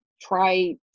try